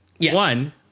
One